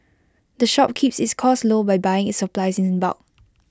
the shop keeps its costs low by buying its supplies in bulk